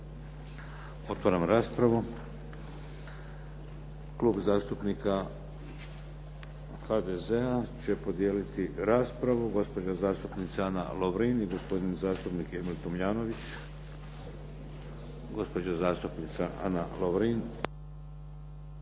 Otvaram raspravu. Klub zastupnika HDZ-a će podijeliti raspravu, gospođa zastupnica Ana Lovrin i gospodin zastupnik Emil Tomljanović. **Tomljanović,